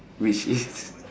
which is